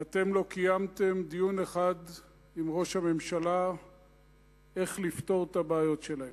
ואתם לא קיימתם דיון אחד עם ראש הממשלה איך לפתור את הבעיות שלהם.